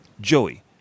Joey